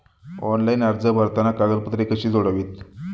Online अर्ज भरताना कागदपत्रे कशी जोडावीत?